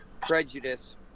prejudice